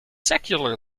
secular